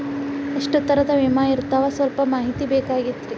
ಎಷ್ಟ ತರಹದ ವಿಮಾ ಇರ್ತಾವ ಸಲ್ಪ ಮಾಹಿತಿ ಬೇಕಾಗಿತ್ರಿ